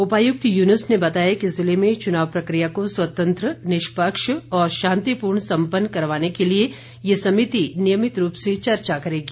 उपायुक्त यूनुस ने बताया कि जिले में चुनाव प्रक्रिया को स्वतंत्र निष्पक्ष और शांतिपूर्ण संपन्न करवाने के लिए ये समिति नियमित रूप से चर्चा करेगी